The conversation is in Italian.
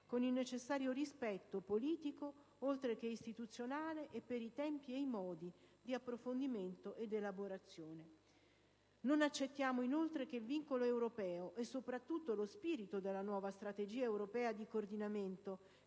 con il necessario rispetto politico, oltre che istituzionale, e per i tempi e modi di approfondimento ed elaborazione. Non accettiamo inoltre che il vincolo europeo, e soprattutto lo spirito della nuova strategia europea di coordinamento,